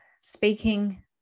speaking